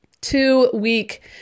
two-week